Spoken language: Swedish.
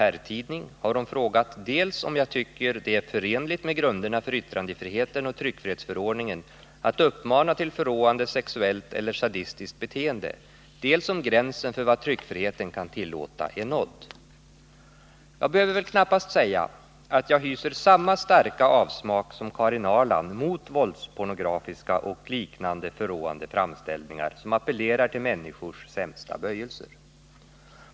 herrtidning har hon frågat dels om jag tycker det är förenligt med grunderna för yttrandefriheten och tryckfrihetsförordningen att uppmana till förråande sexuellt eller sadistiskt beteende, dels om gränsen för vad tryckfriheten kan tillåta är nådd. Jag behöver väl knappast säga att jag hyser samma starka avsmak som Karin Ahrland för våldspornografiska och liknande förråande framställningar som appellerar till människors sämsta böjelser.